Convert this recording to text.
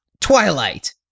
Twilight